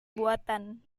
buatan